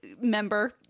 Member